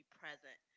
present